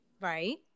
Right